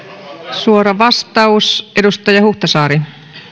suora vastaus edustaja huhtasaari